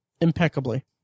impeccably